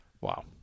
Wow